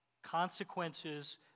Consequences